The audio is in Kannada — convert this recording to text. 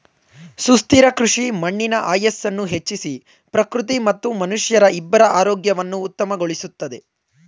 ಸುಸ್ಥಿರ ಕೃಷಿ ಮಣ್ಣಿನ ಆಯಸ್ಸನ್ನು ಹೆಚ್ಚಿಸಿ ಪ್ರಕೃತಿ ಮತ್ತು ಮನುಷ್ಯರ ಇಬ್ಬರ ಆರೋಗ್ಯವನ್ನು ಉತ್ತಮಗೊಳಿಸುತ್ತದೆ